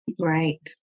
Right